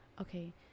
okay